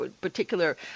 particular